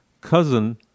cousin